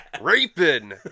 raping